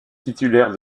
titulaires